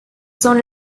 son